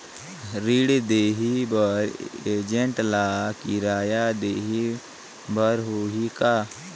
ऋण देहे बर एजेंट ला किराया देही बर होही का?